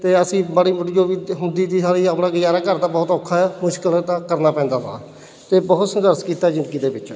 ਅਤੇ ਅਸੀਂ ਮਾੜੀ ਮੋਟੀ ਜੋ ਵੀ ਤੇ ਹੁੰਦੀ ਤੀ ਸਾਰੀ ਆਪਣਾ ਗੁਜ਼ਾਰਾ ਘਰ ਦਾ ਬਹੁਤ ਔਖਾ ਹੈ ਮੁਸ਼ਕਲ ਹੈ ਤਾ ਕਰਨਾ ਪੈਂਦਾ ਵਾ ਅਤੇ ਬਹੁਤ ਸੰਘਰਸ਼ ਕੀਤਾ ਜ਼ਿੰਦਗੀ ਦੇ ਵਿੱਚ